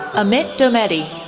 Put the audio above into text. amit dommeti,